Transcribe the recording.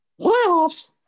Playoffs